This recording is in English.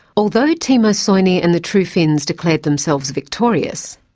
although timo soini and the true finns declared themselves victorious,